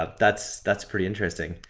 ah that's that's pretty interesting.